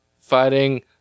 fighting